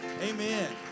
amen